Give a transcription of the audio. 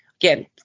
Again